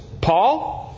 Paul